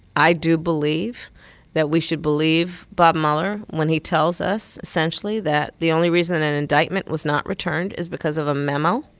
i do believe that we should believe bob mueller when he tells us, essentially, that the only reason an indictment was not returned is because of a memo